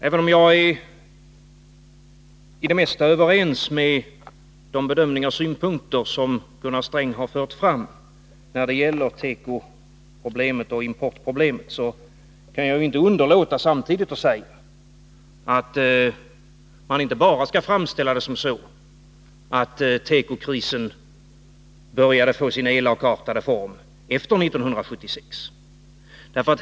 Även om jag i det mesta är överens med Gunnar Sträng om de bedömningar han gjorde och de synpunkter som han förde fram när det gäller tekoproblemet och importproblemet, kan jag inte underlåta att samtidigt säga att man inte bara skall framställa det så att tekokrisen började få sin elakartade form efter 1976.